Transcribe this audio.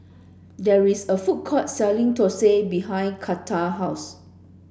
there is a food court selling Thosai behind Karter house